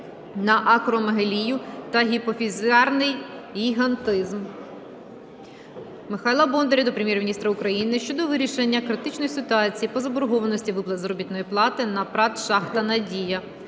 на акромегалію та гіпофізарний гігантизм. Михайла Бондаря до Прем'єр-міністра України щодо вирішення критичної ситуації по заборгованості виплат заробітної плати на ПрАТ "Шахта "Надія".